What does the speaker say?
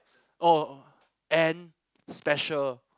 oh and special